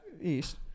east